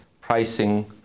pricing